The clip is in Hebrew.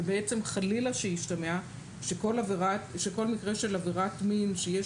ובעצם חלילה שישתמע שכל מקרה של עבירת מין שיש